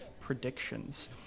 predictions